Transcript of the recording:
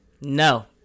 No